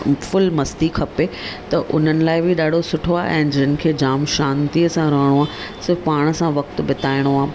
full मस्ती खपे त उन्हनि लाइ बि ॾाढो सुठो आहे ऐं जिन खे जाम शांतीअ सां रहिणो आहे सिर्फ़ु पाण सां वक़्तु बिताइणो आहे